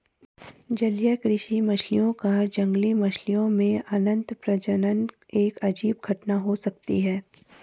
जलीय कृषि मछलियों का जंगली मछलियों में अंतःप्रजनन एक अजीब घटना हो सकती है